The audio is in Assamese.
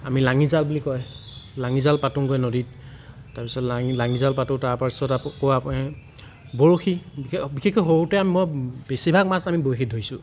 আমি লাঙি জাল বুলি কয় লাঙি জাল পাতোগৈ নদীত তাৰ পাছত লঙি জাল পাতোঁ তাৰ পাছত বৰশী বিশেষকৈ সৰুতে মই বেছি ভাগ মাছ আমি বৰশীত ধৰিছোঁ